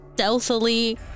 stealthily